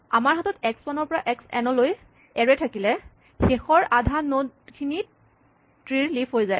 আমাৰ হাতত x one ৰ পৰা এক্স এন লৈ এৰে থাকিলে শেষৰ আধা নড খিনি ট্ৰী ৰ লিফ হৈ যায়